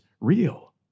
real